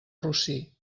rossí